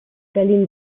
berlin